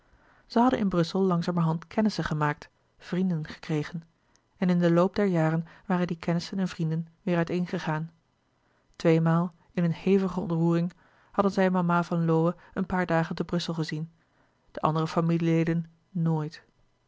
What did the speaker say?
zij hadden in brussel langzamerhand kennissen gemaakt vrienden gekregen en in den loop der jaren waren die kennissen en vrienden weêr uit een gegaan tweemaal in een hevige ontroering louis couperus de boeken der kleine zielen hadden zij mama van lowe een paar dagen te brussel gezien de andere familie leden nooit